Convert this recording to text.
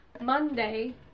monday